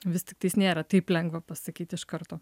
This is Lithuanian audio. vis tiktais nėra taip lengva pasakyti iš karto